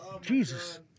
Jesus